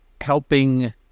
helping